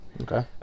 Okay